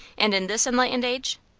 and in this enlightened age?